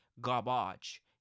garbage